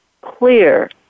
clear